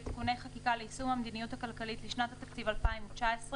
(תיקוני חקיקה ליישום המדיניות הכלכלית לשנת התקציב 2019),